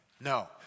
No